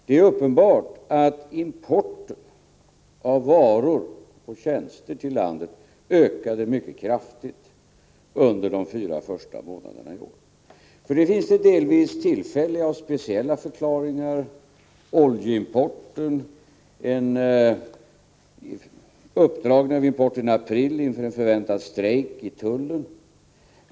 Det är uppenbart att importen av varor och tjänster till Sverige ökade mycket kraftigt under de fyra första månaderna i år. Härtill finns delvis tillfälliga och speciella förklaringar: oljeimporten och ökningen av importen i april inför en förväntad strejk i tullen.